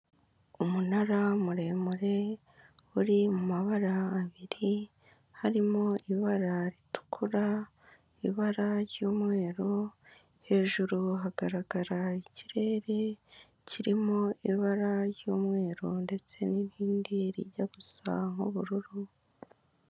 Umunara muremure uri mu mabara abiri harimo ibara ritukura, ibara ry'umweru, hejuru hagaragara ikirere kirimo ibara ry'umweru ndetse n'irindi rijya gusa nk'ubururu.